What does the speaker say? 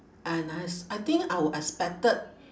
uh nice I think I would expected